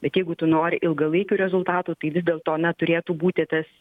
bet jeigu tu nori ilgalaikių rezultatų tai vis dėlto na turėtų būti tas